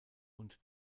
und